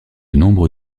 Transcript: nombre